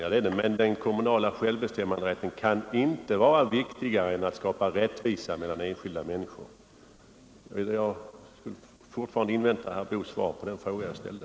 Det är det, men den kommunala självbestämmanderätten kan inte vara viktigare än strävan att skapa rättvisa mellan enskilda människor. Jag inväntar fortfarande herr Boos svar på den fråga jag ställde.